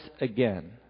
again